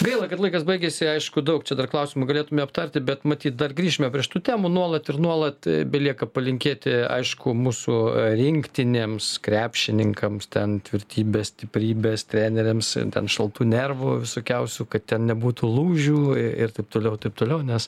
gaila kad laikas baigėsi aišku daug čia dar klausimų galėtume aptarti bet matyt dar grįšime prie šitų temų nuolat ir nuolat belieka palinkėti aišku mūsų rinktinėms krepšininkams ten tvirtybės stiprybės treneriams ten šaltų nervų visokiausių kad ten nebūtų lūžių ir taip toliau taip toliau nes